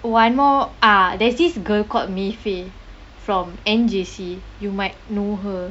one more uh there's this girl called mei fei from N_J_C you might know her